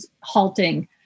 halting